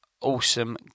awesome